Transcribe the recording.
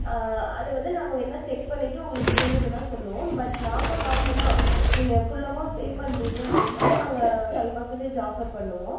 ஆ அதை வந்து நாங்கள் வேணுனால் செக் பண்ணிவிட்டு உங்களுக்கு இருந்ததுனால் சொல்லுவோம் பட் நாங்கள் காமன்னா நீங்கள் ஃபுல் அமௌண்ட் பே பண்றீங்க அப்படினால் நாங்கள் ஃபைவ் பெர்சண்டேஜ் ஆஃபர் பண்ணுவோம்